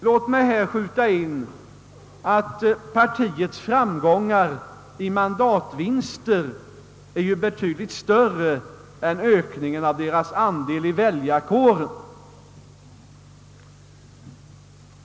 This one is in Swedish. Låt mig här skjuta in att partiets framgångar i mandatvinster är ju betydligt större än ökningn av dess andel i väljarkåren.